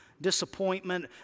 disappointment